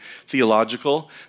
theological